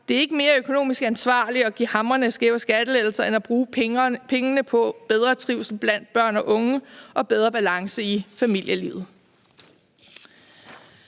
det er ikke mere økonomisk ansvarligt at give hamrende skæve skattelettelser end at bruge pengene på bedre trivsel blandt børn og unge og bedre balance i familielivet.